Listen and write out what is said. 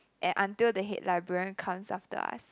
and until the head librarian comes after us